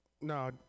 No